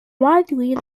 widely